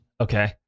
Okay